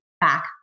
back